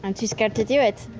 i'm too scared to do it.